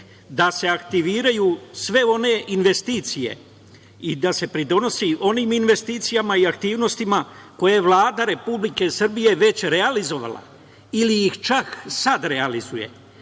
da se aktiviraju sve one investicije i da se pridonosi onim investicijama koje Vlada Republike Srbije već realizovala ili ih čak sad realizuje.